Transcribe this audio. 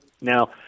now